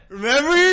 Remember